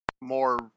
more